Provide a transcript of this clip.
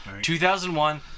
2001